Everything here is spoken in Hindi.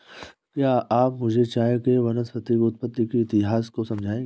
क्या आप मुझे चाय के वानस्पतिक उत्पत्ति के इतिहास को समझाएंगे?